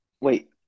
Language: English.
Wait